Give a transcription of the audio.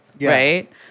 right